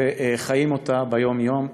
וחיים אותה ביום-יום.